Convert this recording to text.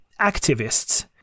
activists